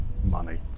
Money